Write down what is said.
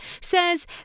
says